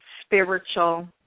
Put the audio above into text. spiritual